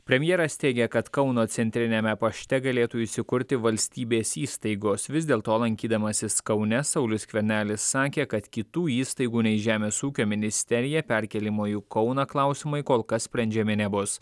premjeras teigė kad kauno centriniame pašte galėtų įsikurti valstybės įstaigos vis dėl to lankydamasis kaune saulius skvernelis sakė kad kitų įstaigų nei žemės ūkio ministerija perkėlimo į kauną klausimai kol kas sprendžiami nebus